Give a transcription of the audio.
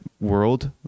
world